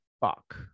Fuck